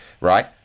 right